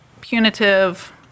punitive